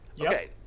Okay